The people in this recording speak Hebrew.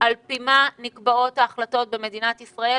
על פי מה נקבעות ההחלטות במדינת ישראל,